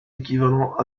équivalent